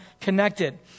connected